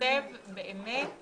מסב באמת